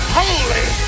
holy